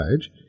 page